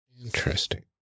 Interesting